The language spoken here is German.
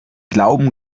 glauben